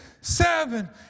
seven